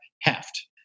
heft